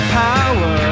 power